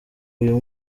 uyu